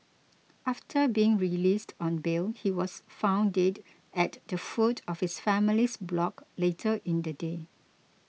after being released on bail he was found dead at the foot of his family's block later in the day